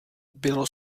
bylo